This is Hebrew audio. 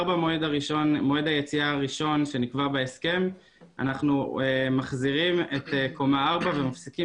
במועד היציאה הראשון שנקבע בהסכם אנחנו מחזירים את קומה 4 ומפסיקים